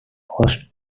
host